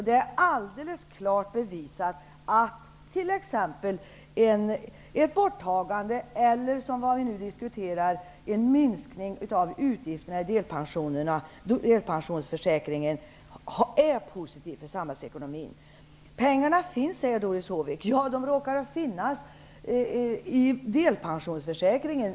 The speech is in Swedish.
Det är alldeles klart bevisat att t.ex. ett borttagande eller, vilket vi nu diskuterar, en minskning av utgifterna i delpensionsförsäkringen är positivt för samhällsekonomin. Pengarna finns, säger Doris Håvik. Ja, de råkar finnas i delpensionsförsäkringen.